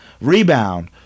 rebound